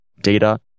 data